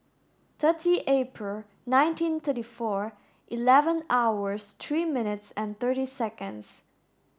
thirty April nineteen thirty four eleven hours three minutes and thirteen seconds